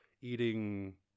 eating